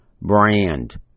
brand